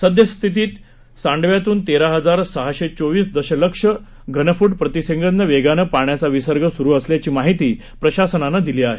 सद्यस्थितीत सांडव्यात्न तेरा हजार सहाशे चोविस दशलक्ष घनफूट प्रतिसेंकद वेगानं पाण्याचा विसर्ग स्रु असल्याची माहिती प्रशासनानं दिली आहे